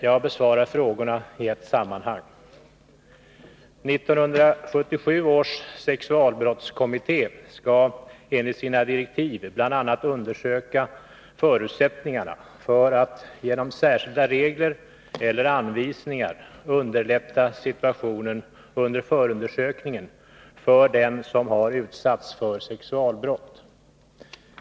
Jag besvarar frågorna i ett sammanhang. 1977 års sexualbrottskommitté skall enligt sina direktiv bl.a. undersöka förutsättningarna för att genom särskilda regler eller anvisningar underlätta situationen under förundersökningen för den som har utsatts för sexualbrott.